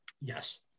Yes